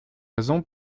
raison